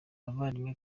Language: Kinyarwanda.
bavandimwe